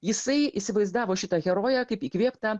jisai įsivaizdavo šitą heroję kaip įkvėptą